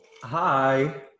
Hi